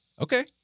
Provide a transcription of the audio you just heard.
Okay